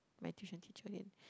my tuition teacher